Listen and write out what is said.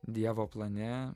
dievo plane